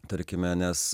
tarkime nes